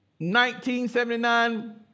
1979